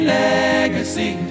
legacy